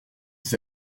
des